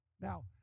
Now